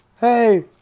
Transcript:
Hey